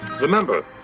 remember